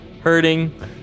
hurting